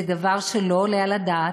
זה דבר שלא עולה על הדעת.